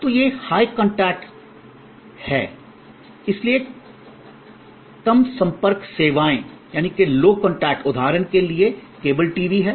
तो यह high contact है और जाहिर है इसलिए कम संपर्क सेवाएं कम संपर्क low contact उदाहरण के लिए केबल टीवी है